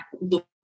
look